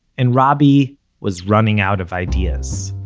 and robby was running out of ideas